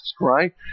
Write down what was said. right